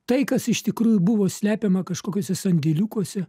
tai kas iš tikrųjų buvo slepiama kažkokiuose sandėliukuose